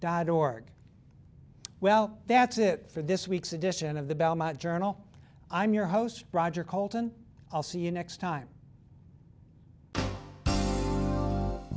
dot org well that's it for this week's edition of the belmont journal i'm your host roger coulton i'll see you next time